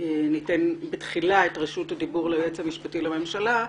אמורה לשבת לשמאלי היא המשנה ליועץ המשפטי לממשלה,